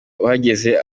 uhageze